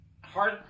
hard